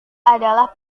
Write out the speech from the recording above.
adalah